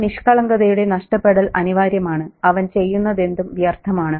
ആ നിഷ്കളങ്കതയുടെ നഷ്ടപ്പെടൽ അനിവാര്യമാണ് അവൻ ചെയ്യുന്നതെന്തും വ്യർത്ഥമാണ്